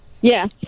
Yes